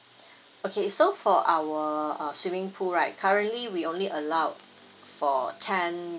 okay so for our uh swimming pool right currently we only allowed for ten